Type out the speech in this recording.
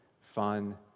fun